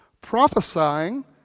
prophesying